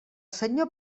senyor